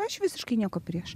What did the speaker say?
aš visiškai nieko prieš